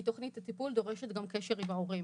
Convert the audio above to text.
כי תוכנית טיפול דורשת גם קשר עם ההורים.